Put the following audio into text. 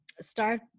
start